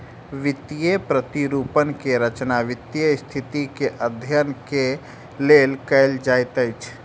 वित्तीय प्रतिरूपण के रचना वित्तीय स्थिति के अध्ययन के लेल कयल जाइत अछि